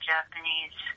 Japanese